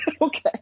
Okay